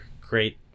great